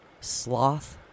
Sloth